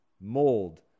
mold